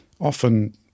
often